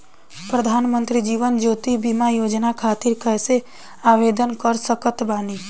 प्रधानमंत्री जीवन ज्योति बीमा योजना खातिर कैसे आवेदन कर सकत बानी?